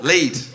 Lead